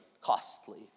costly